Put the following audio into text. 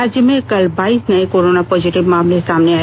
राज्य में कल बाइस नए कोरोना पॉजिटिव मामले सामने आए